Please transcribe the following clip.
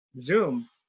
Zoom